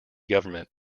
government